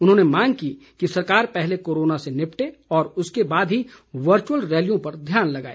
उन्होंने मांग की कि सरकार पहले कोरोना से निपटे तथा उसके बाद ही वर्चुअल रैलियों पर ध्यान लगाए